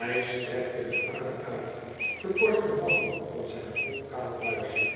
i iij strekte den arm uit de korte mouw van zijn grof kaal buisje